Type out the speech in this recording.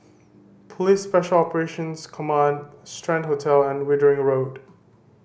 Police Special Operations Command Strand Hotel and Wittering Road